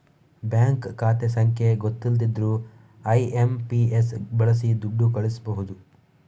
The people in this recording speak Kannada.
ಬ್ಯಾಂಕ್ ಖಾತೆ ಸಂಖ್ಯೆ ಗೊತ್ತಿಲ್ದಿದ್ರೂ ಐ.ಎಂ.ಪಿ.ಎಸ್ ಬಳಸಿ ದುಡ್ಡು ಕಳಿಸ್ಬಹುದು